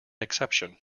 exception